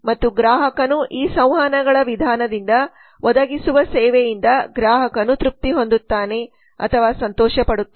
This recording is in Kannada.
ಮತ್ತು ಗ್ರಾಹಕನು ಈ ಸಂವಹನಗಳ ವಿಧಾನದಿಂದ ಒದಗಿಸುವ ಸೇವೆಯಿಂದ ಗ್ರಾಹಕನು ತೃಪ್ತಿ ಹೊಂದುತ್ತಾನೆ ಅಥವಾ ಸಂತೋಷಪಡುತ್ತಾನೆ